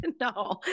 no